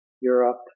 Europe